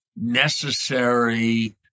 necessary